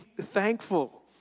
thankful